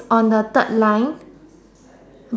on the third line